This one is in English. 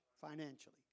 financially